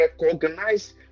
recognize